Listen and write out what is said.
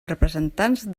representants